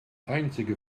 einzige